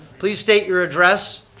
please state your address.